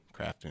crafting